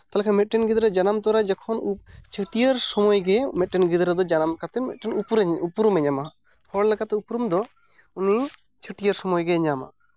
ᱛᱟᱦᱞᱮ ᱢᱤᱫᱴᱮᱱ ᱜᱤᱫᱽᱨᱟᱹ ᱡᱟᱱᱟᱢ ᱛᱚᱨᱟ ᱡᱚᱠᱷᱚᱱ ᱪᱷᱟᱹᱴᱭᱟᱹᱨ ᱥᱚᱢᱚᱭ ᱜᱮ ᱢᱤᱫᱴᱮᱱ ᱜᱤᱫᱽᱨᱟᱹ ᱡᱟᱱᱟᱢ ᱠᱟᱛᱮᱜ ᱢᱤᱫᱴᱮᱱ ᱩᱯᱨᱩᱢᱮ ᱧᱟᱢᱟ ᱦᱚᱲ ᱞᱮᱠᱟᱛᱮ ᱩᱯᱨᱩᱢ ᱫᱚ ᱩᱱᱤ ᱪᱷᱟᱹᱴᱭᱟᱹᱨ ᱥᱚᱢᱚᱭ ᱜᱮᱭ ᱧᱟᱢᱟ